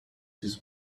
this